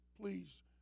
please